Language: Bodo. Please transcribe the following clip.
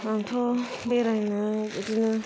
आंथ' बेरायनो बिदिनो